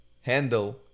handle